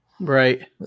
right